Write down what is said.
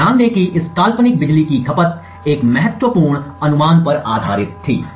तो ध्यान दें कि इस काल्पनिक बिजली की खपत एक महत्वपूर्ण अनुमान पर आधारित थी